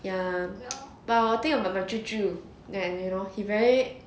ya but I think of my 舅舅 like you know he very